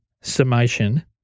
summation